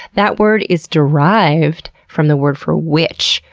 that word is derived from the word for witch,